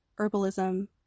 herbalism